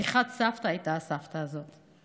חתיכת סבתא הייתה הסבתא הזאת.